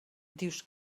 dius